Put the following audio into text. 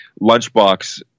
lunchbox